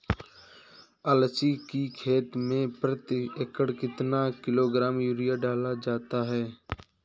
अलसी की खेती में प्रति एकड़ कितना किलोग्राम यूरिया डाला जाता है?